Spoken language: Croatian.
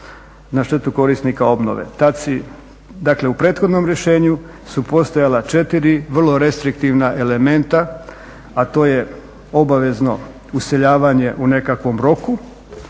u prethodnom rješenju su postojala četiri vrlo restriktivna elementa a to je obavezno useljavanje u nekakvom roku,